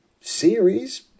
series